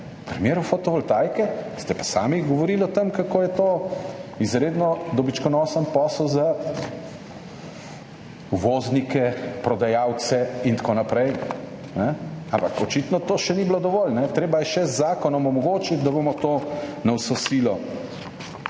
primeru fotovoltaike ste pa sami govorili o tem, kako je to izredno dobičkonosen posel za uvoznike, prodajalce in tako naprej. Ampak očitno to še ni bilo dovolj. Treba je še z zakonom omogočiti, da bomo to na vso silo